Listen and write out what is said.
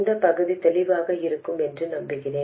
இந்த பகுதி தெளிவாக இருக்கும் என்று நம்புகிறேன்